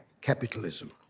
capitalism